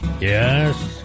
Yes